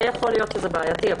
יכול להיות שזה בעייתי,